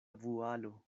vualo